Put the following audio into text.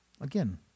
again